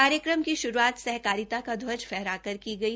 कार्यक्रम की श्रूआत सहकारिता का ध्वज फहराकर की गई